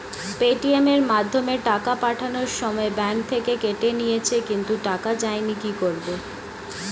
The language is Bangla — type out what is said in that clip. পেটিএম এর মাধ্যমে টাকা পাঠানোর সময় ব্যাংক থেকে কেটে নিয়েছে কিন্তু টাকা যায়নি কি করব?